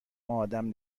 ادم